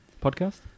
podcast